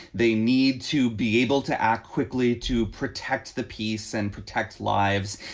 they need to be able to act quickly to protect the peace and protect lives.